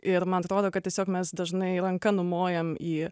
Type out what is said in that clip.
ir man atrodo kad tiesiog mes dažnai ranka numojam į